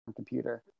computer